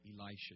Elisha